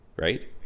Right